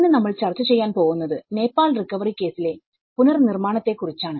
ഇന്ന് നമ്മൾ ചർച്ച ചെയ്യാൻ പോവുന്നത് നേപ്പാൾ റിക്കവറി കേസിലെ പുനർനിർമ്മാണത്തെ കുറിച്ചാണ്